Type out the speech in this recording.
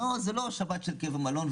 זה לא שבת של כיף במלון,